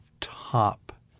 top